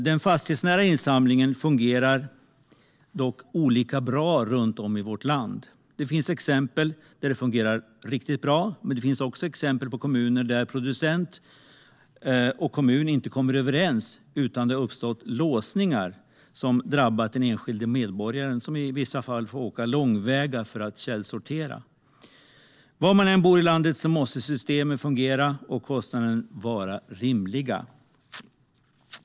Den fastighetsnära insamlingen fungerar dock olika bra runt om i vårt land. Det finns exempel där det fungerar riktigt bra. Men det finns också exempel på kommuner där producent och kommun inte har kommit överens och där det har uppstått låsningar som drabbat den enskilde medborgaren, som i vissa fall får åka långväga för att källsortera. Var man än bor i landet måste systemen fungera och kostnaderna vara rimliga.